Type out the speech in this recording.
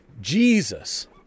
Jesus